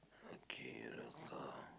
okay the car